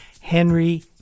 Henry